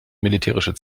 militärische